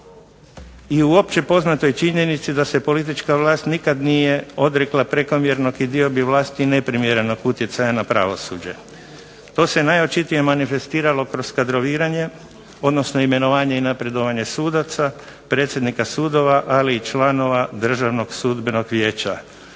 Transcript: i uopće poznatoj činjenici da se politička vlast nikad nije odrekla prekomjernog i diobi vlasti i neprimjerenog utjecaja na pravosuđe. To se najočitije manifestiralo kroz kadroviranje, odnosno imenovanje i napredovanje sudaca, predsjednika sudova, ali i članova Državnog sudbenog vijeća.